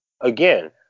again